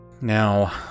Now